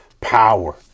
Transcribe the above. power